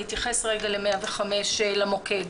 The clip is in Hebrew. אני אתייחס ל-105, למוקד.